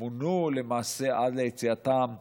מונו למעשה עד ליציאתם לגמלאות,